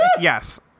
Yes